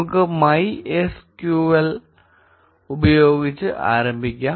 നമുക്ക് MySQL ഉപയോഗിച്ച് ആരംഭിക്കാം